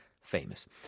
famous